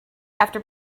after